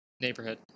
Neighborhood